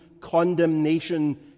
condemnation